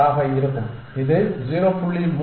08 ஆக இருக்கும் இது 0